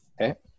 Okay